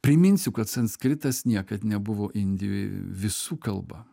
priminsiu kad sanskritas niekad nebuvo indijoj visų kalba